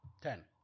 Ten